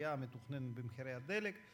העלייה המתוכננת במחירי הדלק,